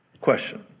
Question